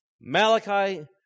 Malachi